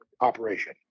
operation